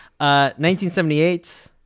1978